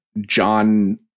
John